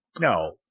no